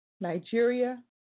Nigeria